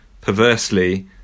perversely